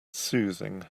soothing